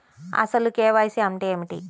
అసలు కే.వై.సి అంటే ఏమిటి?